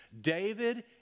David